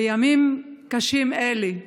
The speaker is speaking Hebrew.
בימים אלה,